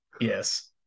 Yes